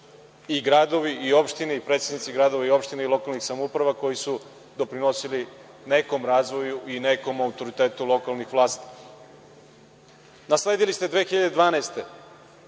i gradovi i opštine i predsednici gradova i opština i lokalnih samouprava koji su doprinosili nekom razvoju i nekom autoritetu lokalnih vlasti. Nasledili ste 2012.